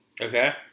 Okay